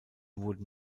wurden